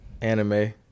anime